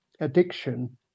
addiction